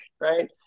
Right